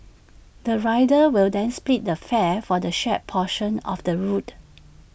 the riders will then split the fare for the shared portion of the route